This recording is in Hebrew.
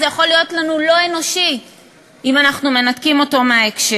זה יכול להיות לנו לא אנושי אם אנחנו מנתקים אותו מההקשר.